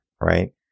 right